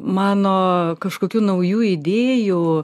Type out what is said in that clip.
mano kažkokių naujų idėjų